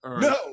No